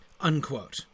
unquote